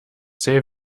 zäh